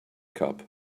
cup